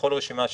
בכל רשימה שהיא,